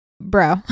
Bro